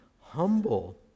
humble